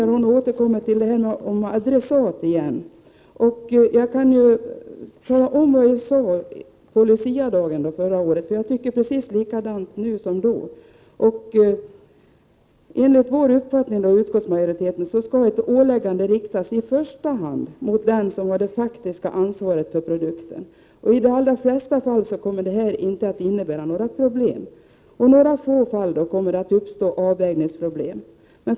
Ewy Möller återkommer till frågan om val av adressat. Jag tycker precis detsamma som jag sade på Luciadagen förra året. Enligt min och utskottsmajoritetens uppfattning skall ett åläggande i första hand riktas mot den som har det faktiska ansvaret för produkten. I de allra flesta fall kommer detta inte att innebära några problem. I några fall kommer avvägningsproblem att uppstå.